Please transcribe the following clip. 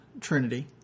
Trinity